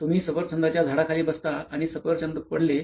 तुम्ही सफरचंदाच्या झाडाखाली बसता आणि सफरचंद पडले